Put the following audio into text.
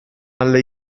alle